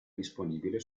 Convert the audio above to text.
disponibile